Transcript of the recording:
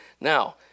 Now